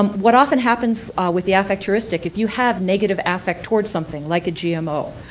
um what often happens with the affect heuristic, if you have negative affect towards something like gmo